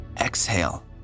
Exhale